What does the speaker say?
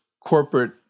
corporate